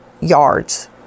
yards